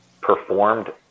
performed